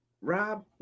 Rob